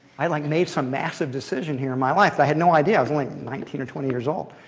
i like made some massive decision here in my life. i had no idea. i was only nineteen or twenty years old.